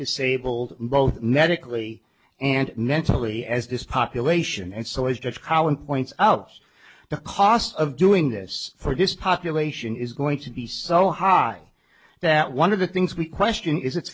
disabled both medically and naturally as this population and so as to how in points out the cost of doing this for this population is going to be so high that one of the things we question is it